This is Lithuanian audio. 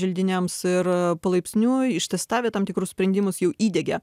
želdiniams ir palaipsniui ištestavę tam tikrus sprendimus jau įdiegė